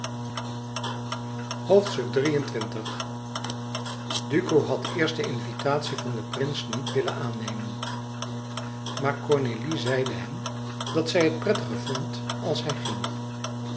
duco had eerst de invitatie van den prins niet willen aannemen maar cornélie zeide hem dat zij het prettiger vond als hij ging